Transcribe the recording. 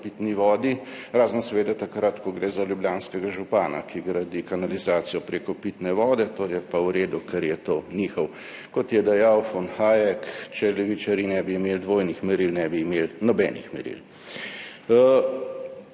o pitni vodi, razen seveda takrat, ko gre za ljubljanskega župana, ki gradi kanalizacijo preko pitne vode. To je pa v redu, ker je to njihov. Kot je dejal von Hayek: »Če levičarji ne bi imeli dvojnih meril, ne bi imeli nobenih meril.«